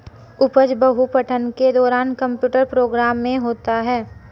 उपज बहु पठन के दौरान कंप्यूटर प्रोग्राम में होता है